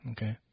Okay